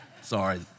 Sorry